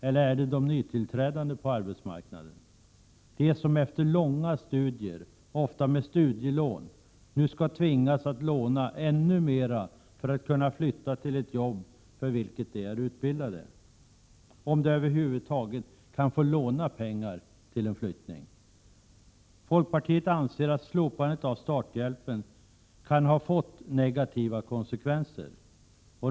Eller är det de nytillträdande på arbetsmarknaden, som efter långa studier ofta med studielån nu skall tvingas att låna ännu mera för att kunna flytta till ett jobb för vilket de är utbildade — om de över huvud taget kan få låna pengar till en flyttning? Folkpartiet anser att slopandet av starthjälpen kan ha fått negativa konsekvenser.